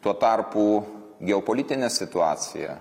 tuo tarpu geopolitinė situacija